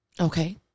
Okay